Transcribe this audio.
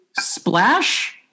Splash